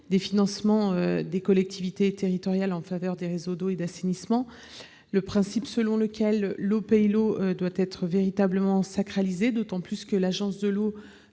des investissements des collectivités territoriales en faveur des réseaux d'eau et d'assainissement. Le principe selon lequel l'eau paie l'eau doit être sacralisé, d'autant que les agences de l'eau